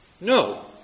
No